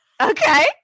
Okay